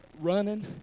running